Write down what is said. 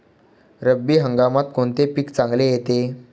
रब्बी हंगामात कोणते पीक चांगले येते?